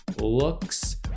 looks